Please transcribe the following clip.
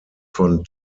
von